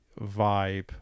vibe